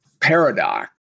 paradox